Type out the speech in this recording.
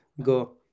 go